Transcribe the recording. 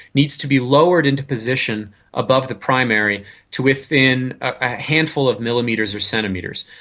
needs to be lowered into position above the primary to within a handful of millimetres or centimetres.